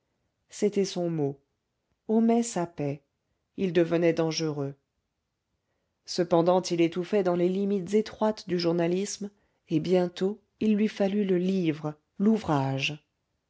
c'était son mot homais sapait il devenait dangereux cependant il étouffait dans les limites étroites du journalisme et bientôt il lui fallut le livre l'ouvrage